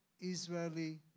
Israeli